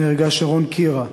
נהרגה שרון קירה,